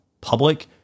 public